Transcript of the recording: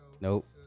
Nope